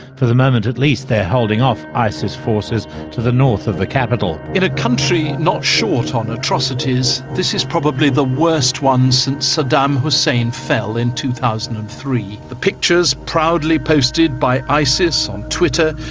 for the moment at least they're holding off isis forces to the north of the capital. in a country not short on atrocities, this is probably the worst one since saddam hussein fell in two thousand and three. the pictures, proudly posted by isis on twitter,